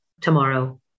tomorrow